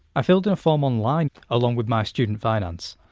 i filled in a form online along with my student finance.